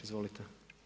Izvolite.